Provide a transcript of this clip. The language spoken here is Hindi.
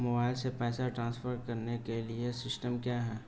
मोबाइल से पैसे ट्रांसफर करने के लिए सिस्टम क्या है?